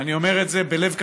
אני אומר את זה בלב כבד,